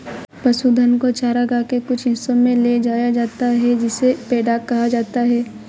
पशुधन को चरागाह के कुछ हिस्सों में ले जाया जाता है जिसे पैडॉक कहा जाता है